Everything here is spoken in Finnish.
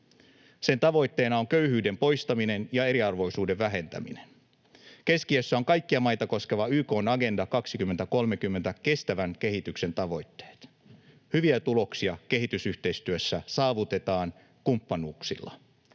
Sen tavoitteena on köyhyyden poistaminen ja eriarvoisuuden vähentäminen. Keskiössä on kaikkia maita koskeva YK:n Agenda 2030 — kestävän kehityksen tavoitteet. Hyviä tuloksia kehitysyhteistyössä saavutetaan kumppanuuksilla,